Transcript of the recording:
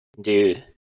Dude